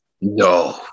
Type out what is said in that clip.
no